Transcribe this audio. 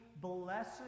Blessed